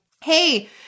hey